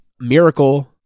Miracle